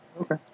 okay